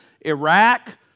Iraq